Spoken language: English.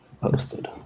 posted